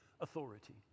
authority